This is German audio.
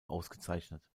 ausgezeichnet